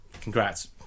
congrats